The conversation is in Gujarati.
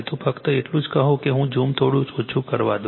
તો ફક્ત એટલું જ કહો કે મને ઝૂમ થોડું ઓછું કરવા દો